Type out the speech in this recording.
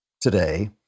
today